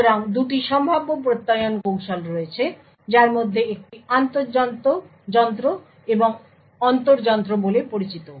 সুতরাং 2টি সম্ভাব্য প্রত্যয়ন কৌশল রয়েছে যার মধ্যে একটি আন্তঃযন্ত্র এবং অন্তর্যন্ত্র বলে পরিচিত